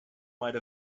might